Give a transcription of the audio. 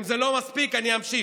אם זה לא מספיק, אני אמשיך: